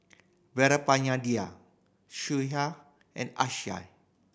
Sudhir and Akshay